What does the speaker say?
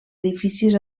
edificis